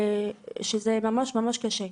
זה ממש ממש קשה.